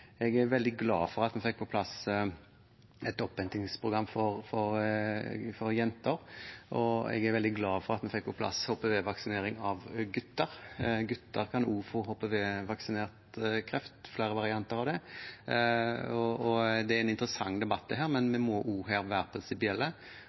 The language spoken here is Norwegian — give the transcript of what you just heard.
Jeg er veldig glad for at vi fikk på plass et opphentingsprogram for jenter, og jeg er veldig glad for at vi fikk på plass HPV-vaksinering av gutter – gutter kan også få flere varianter av HPV-relatert kreft. Dette er en interessant debatt, men vi må også her